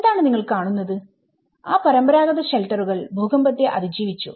എന്താണ് നിങ്ങൾ കാണുന്നത്ആ പരമ്പരാഗത ഷെൽട്ടറുകൾ ഭൂകമ്പത്തെ അതിജീവിച്ചു